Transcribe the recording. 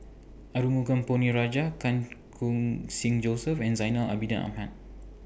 Arumugam Ponnu Rajah Chan Khun Sing Joseph and Zainal Abidin Ahmad